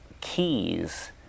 keys